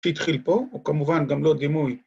התחיל פה, הוא כמובן גם לא דימוי.